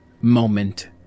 moment